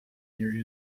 near